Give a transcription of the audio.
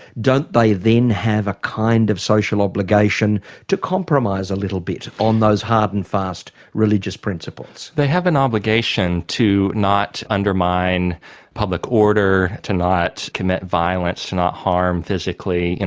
don't they then have a kind of social obligation to compromise a little bit on those hard and fast religious principles? they have an obligation to not undermine public order, to not commit violence, to not harm physically, you